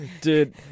Dude